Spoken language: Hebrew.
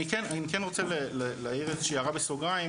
אני כן רוצה להעיר איזושהי הערה בסוגריים,